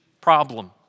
problem